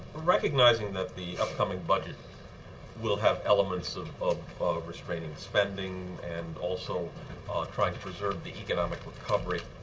recognizing that the upcoming budget will have elements of of restraining spending and also try to preserve the economic recovery,